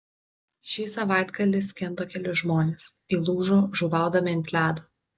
šį savaitgalį skendo keli žmonės įlūžo žuvaudami ant ledo